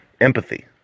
Empathy